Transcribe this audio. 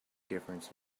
difference